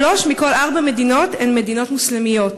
שלוש מכל ארבע מדינות הן מדינות מוסלמיות.